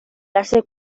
darse